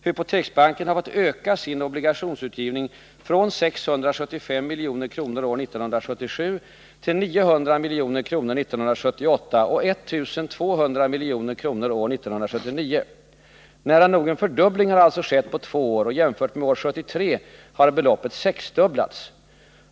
Hypoteksbanken har fått öka sin obligationsutgivning från 675 milj.kr. år 1977 till 900 milj.kr. år 1978 och 1 200 milj.kr. år 1979. Nära nog en fördubbling har alltså skett på två år, och jämfört med år 1973 har beloppet sexdubblats.